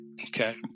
okay